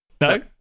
No